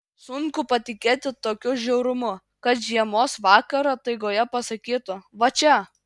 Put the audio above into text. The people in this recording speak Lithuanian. sunku patikėti tokiu žiaurumu kad žiemos vakarą taigoje pasakytų va čia